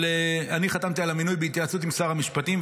אני חתמתי על המינוי בהתייעצות עם שר המשפטים,